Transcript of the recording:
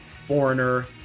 Foreigner